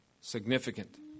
Significant